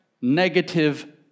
negative